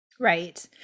Right